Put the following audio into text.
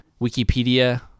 Wikipedia